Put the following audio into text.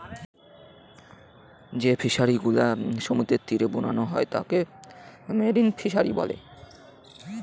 যে ফিশারিগুলা সমুদ্রের তীরে বানানো হয় তাকে মেরিন ফিশারী বলে